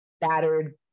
battered